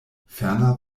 ferner